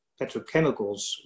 petrochemicals